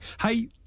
Hey